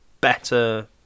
better